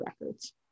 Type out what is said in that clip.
records